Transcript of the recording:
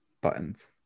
buttons